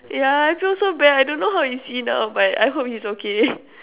yeah I feel so bad I don't know how is he now but I hope he's okay